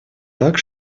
так